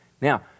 Now